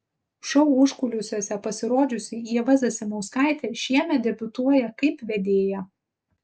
šou užkulisiuose pasirodžiusi ieva zasimauskaitė šiemet debiutuoja kaip vedėja